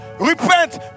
repent